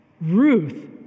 Ruth